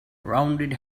rounded